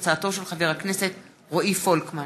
תודה.